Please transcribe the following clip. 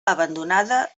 abandonada